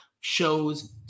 shows